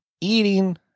eating